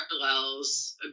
parallels